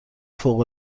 فوق